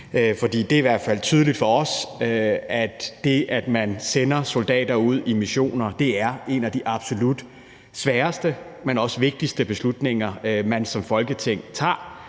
fald tydeligt for os, at det, at man sender soldater ud i missioner, er en af de absolut sværeste, men også vigtigste beslutninger, man som Folketing tager,